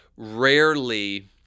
rarely